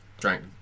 drank